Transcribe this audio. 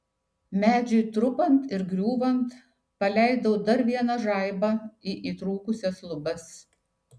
medžiui trupant ir griūvant paleidau dar vieną žaibą į įtrūkusias lubas